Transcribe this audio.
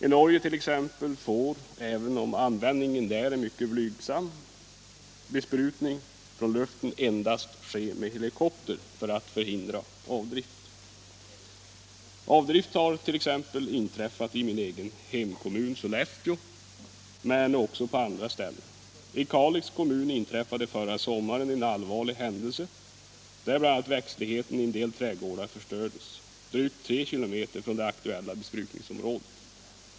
I Norge t.ex. får, även om användningen är blygsam, besprutning från luften endast ske med helikopter för att avdrift skall förhindras. Avdrift har inträffat i min egen hemkommun Sollefteå men också på andra ställen. I Kalix kommun inträffade förra sommaren en allvarlig händelse då bl.a. växtligheten i en del trädgårdar förstördes drygt 3 kilometer från det aktuella besprutningsområdet.